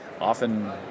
often